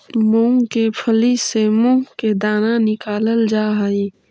मूंग के फली से मुंह के दाना निकालल जा हई